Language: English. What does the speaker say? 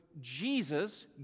Jesus